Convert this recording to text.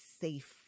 safe